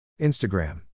Instagram